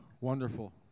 Wonderful